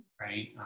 right